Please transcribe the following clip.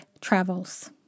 travels